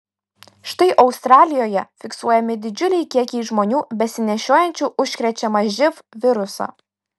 štai australijoje fiksuojami didžiuliai kiekiai žmonių besinešiojančių užkrečiamą živ virusą